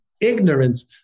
ignorance